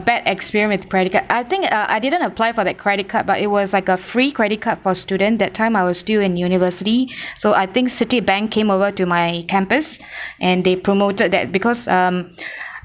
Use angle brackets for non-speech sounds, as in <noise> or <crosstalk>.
bad experience with credit card I think uh I didn't apply for that credit card but it was like a free credit card for student that time I was still in university <breath> so I think CitiBank came over to my campus <breath> and they promoted that because um <breath>